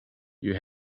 you